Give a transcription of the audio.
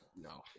no